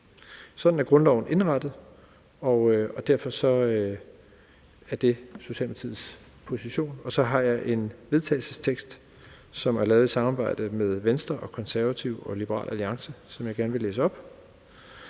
Sådan er grundloven indrettet, og derfor er det Socialdemokratiets position. Jeg har så her et forslag til vedtagelse, som er lavet i samarbejde med Venstre, Konservative og Liberal Alliance, som jeg gerne vil læse op: